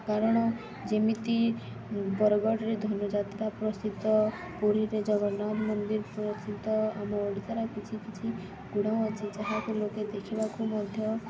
କାରଣ ଯେମିତି ବରଗଡ଼ରେ ଧନୁଯାତ୍ରା ପ୍ରସିଦ୍ଧ ପୁରୀରେ ଜଗନ୍ନାଥ ମନ୍ଦିର ପ୍ରସିଦ୍ଧ ଆମ ଓଡ଼ିଶାର କିଛି କିଛି ଗୁଣ ଅଛି ଯାହାକୁି ଲୋକେ ଦେଖିବାକୁ ମଧ୍ୟ